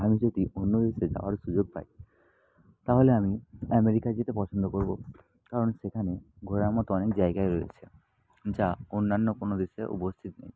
আমি যদি অন্য দেশে যাওয়ার সুযোগ পাই তাহলে আমি আমেরিকা যেতে পছন্দ করব কারণ সেখানে ঘোরার মতো অনেক জায়গা রয়েছে যা অন্যান্য কোনো দেশে উপস্থিত নেই